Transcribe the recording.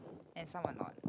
and some are not